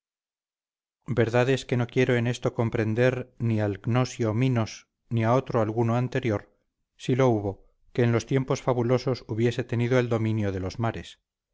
verdad es que no quiero en esto comprender ni al gnosio minos ni a otro alguno anterior si lo hubo que en los tiempos fabulosos hubiese tenido el dominio de los mares